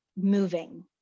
moving